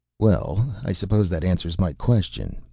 well. i suppose that answers my question.